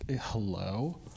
hello